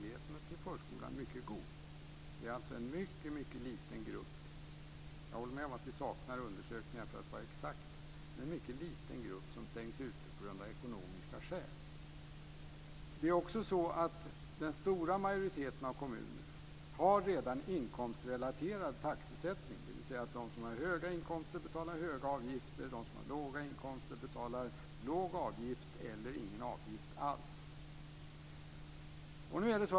Det är en mycket liten grupp - jag håller med om att det saknas undersökningar för att man ska kunna ange gruppens exakta storlek - som stängs ute på grund av ekonomiska skäl. Den stora majoriteten av kommuner har redan inkomstrelaterad taxesättning, dvs. de som har höga inkomster betalar höga avgifter, de som har låga inkomster betalar låga avgifter eller inga avgifter alls.